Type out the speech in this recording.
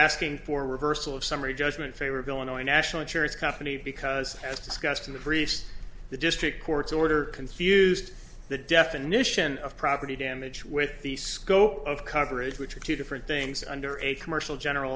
asking for reversal of summary judgment favor of illinois national insurance company because as discussed in the briefs the district court's order confused the definition of property damage with the scope of coverage which are two different things under a commercial general